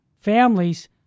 families